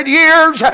years